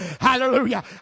Hallelujah